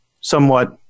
Somewhat